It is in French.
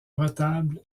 retable